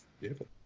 Beautiful